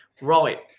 right